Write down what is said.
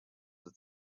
the